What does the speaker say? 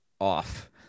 off